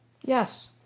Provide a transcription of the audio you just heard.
Yes